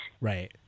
Right